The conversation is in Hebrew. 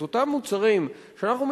את אותם מוצרים שאנחנו,